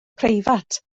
preifat